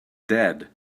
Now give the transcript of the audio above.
dead